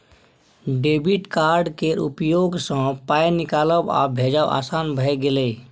debit card केर उपयोगसँ पाय निकालब आ भेजब आसान भए गेल